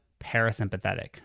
parasympathetic